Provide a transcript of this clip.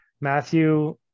matthew